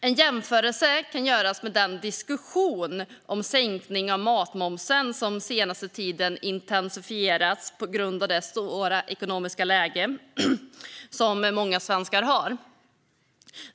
En jämförelse kan göras med den diskussion om sänkning av matmomsen som senaste tiden intensifierats på grund av det svåra ekonomiska läget för många svenskar.